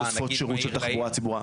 -- שירות של תחבורה ציבורית,